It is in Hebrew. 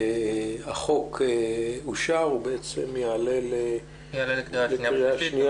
החוק אושר והוא יעלה -- הוא יעלה לקריאה